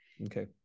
Okay